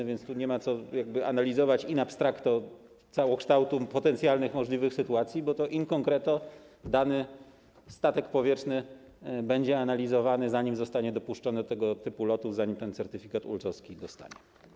A więc tu nie ma co analizować in abstracto całokształtu potencjalnych możliwych sytuacji, bo in concreto to dany statek powietrzny będzie analizowany, zanim zostanie dopuszczony do tego typu lotów, zanim ten certyfikat ULC-owski dostanie.